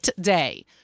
Day